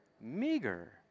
meager